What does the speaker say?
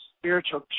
spiritual